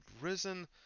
risen